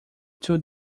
two